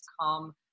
come